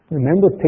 Remember